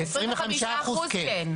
25%, כן.